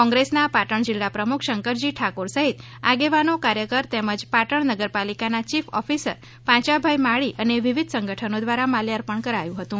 કોંગ્રેસના પાટણ જિલ્લા પ્રમુખ શંકરજી ઠાકોર સહિત આગેવાનો કાર્યકરો તેમજ પાટણ નગરપાલિકાના ચીફ ઓફિસર પાંચાભાઈ માળી અને વિવિધ સંગઠનો દ્વારા માલ્યાર્પણ કરાયું હતું